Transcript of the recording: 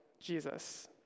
Jesus